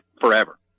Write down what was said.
forever